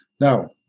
Now